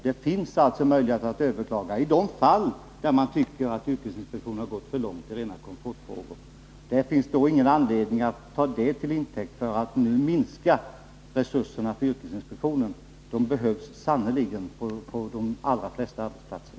Det finns alltså möjligheter att överklaga i de fall man tycker att yrkesinspektionen gått för långt i rena komfortfrågor. Men det finns ingen anledning att ta det till intäkt för att nu minska resurserna för yrkesinspektionen. De behövs sannerligen på de allra flesta arbetsplatser.